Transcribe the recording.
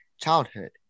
childhood